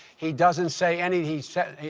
he doesn't say any he say